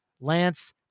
Lance